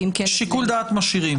שיקול דעת, משאירים.